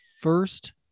first